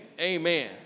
Amen